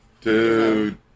Two